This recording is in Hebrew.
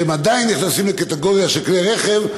שעדיין נכנסים לקטגוריה של כלי רכב,